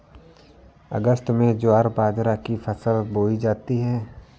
अगस्त में ज्वार बाजरा की फसल बोई जाती हैं